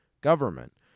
government